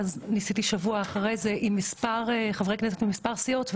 ושבוע אחרי זה עם מספר סיעות ניסיתי שוב,